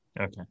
Okay